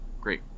Great